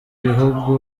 bihugu